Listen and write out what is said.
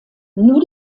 nur